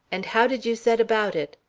and how did you set about it?